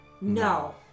No